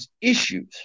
Issues